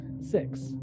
Six